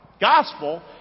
Gospel